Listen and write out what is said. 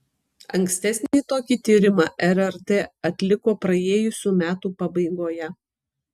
ankstesnį tokį tyrimą rrt atliko praėjusių metų pabaigoje